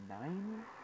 nine